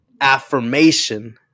affirmation